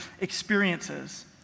experiences